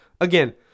Again